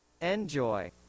Enjoy